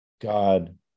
God